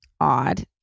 odd